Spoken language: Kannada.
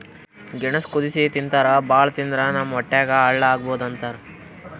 ಗೆಣಸ್ ಕುದಸಿ ತಿಂತಾರ್ ಭಾಳ್ ತಿಂದ್ರ್ ನಮ್ ಹೊಟ್ಯಾಗ್ ಹಳ್ಳಾ ಆಗಬಹುದ್ ಅಂತಾರ್